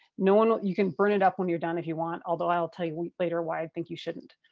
no one, you can burn it up when you're done if you want, although i'll tell you later why i think you shouldn't.